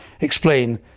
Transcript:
explain